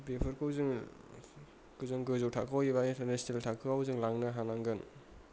बेफोरखौ जोङो गोजोन गोजौ थाखोआव एबा इन्टारनेशनेल थाखोआव जों लांनो हानांगोन